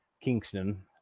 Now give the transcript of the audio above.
Kingston